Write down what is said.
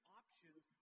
options